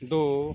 दो